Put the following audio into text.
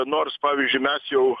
nors pavyzdžiui mes jau